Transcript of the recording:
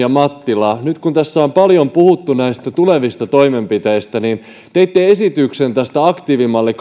ja mattila nyt kun tässä on paljon puhuttu tulevista toimenpiteistä niin teitte aikaisemmin esityksen tästä aktiivimalli